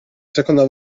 seconda